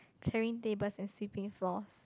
clearing tables and sweeping floors